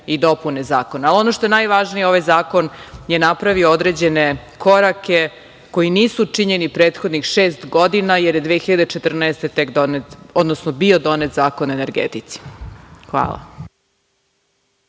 i dopune Zakona. Ono što je najvažnije, ovaj zakon je napravio određene korake koji nisu činjeni prethodnih šest godina, jer je 2014. godine bio donet Zakon o energetici. Hvala.